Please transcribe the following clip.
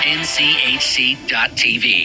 nchc.tv